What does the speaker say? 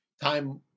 Time